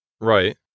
Right